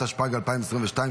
התשפ"ג-2022,